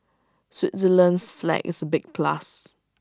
Switzerland's flag is A big plus